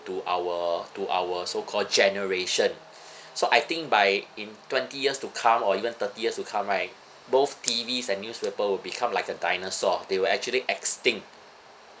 to our to our so-called generation so I think by in twenty years to come or even thirty years to come right both T_Vs and newspaper will become like a dinosaur they will actually extinct